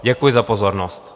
Děkuji za pozornost.